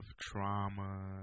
trauma